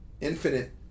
infinite